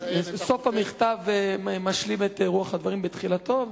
סוף המכתב משלים את רוח הדברים בתחילתו,